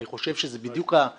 אני חושב שזו בדיוק הדוגמה,